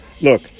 look